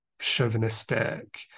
chauvinistic